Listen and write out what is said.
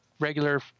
regular